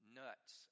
nuts